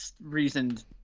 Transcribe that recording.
reasoned